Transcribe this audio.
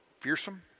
fearsome